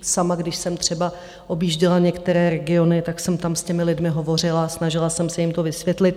Sama, když jsem třeba objížděla některé regiony, tak jsem tam s těmi lidmi hovořila a snažila jsem se jim to vysvětlit.